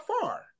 far